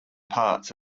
parts